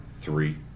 three